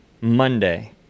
Monday